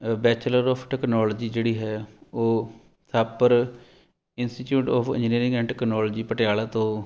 bachelor of technology ਜਿਹੜੀ ਹੈ ਉਹ Thapar institute of engineering and technology Patiala ਤੋਂ